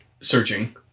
searching